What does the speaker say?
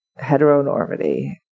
heteronormity